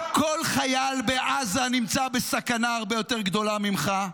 כל חייל בעזה נמצא בסכנה הרבה יותר גדולה ממך,